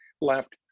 left